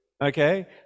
okay